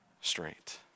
straight